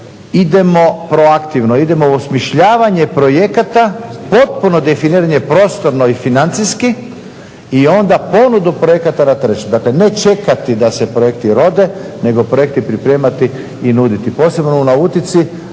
idemo proaktivno, idemo u osmišljavanje projekata potpuno definiranje prostorno i financijski i onda ponudu projekata na tržištu. Dakle, ne čekati da se projekti rode, nego projekte pripremiti i nuditi posebno u nautici.